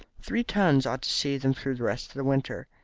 three tons ought to see them through the rest of the winter.